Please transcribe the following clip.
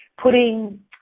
putting